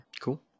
Cool